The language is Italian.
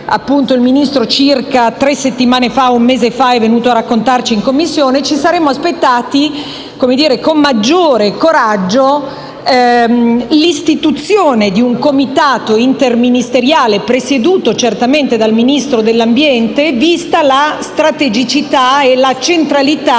il Ministro, circa un mese fa è venuto a raccontarci in Commissione), ci saremmo aspettati, con maggior coraggio, l'istituzione di un nuovo Comitato interministeriale - presieduto certamente dal Ministro dell'ambiente - vista la strategicità e la centralità